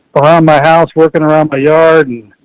around my house, working around a yard